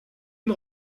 une